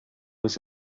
was